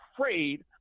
afraid